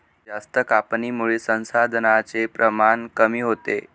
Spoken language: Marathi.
जास्त कापणीमुळे संसाधनांचे प्रमाण कमी होते